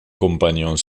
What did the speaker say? compagnons